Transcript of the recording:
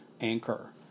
anchor